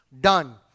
done